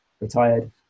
retired